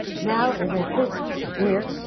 now in their fifth year,